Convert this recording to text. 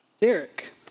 Derek